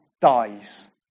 dies